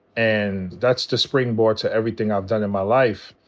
and that's the springboard to everything i've done in my life.